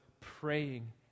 praying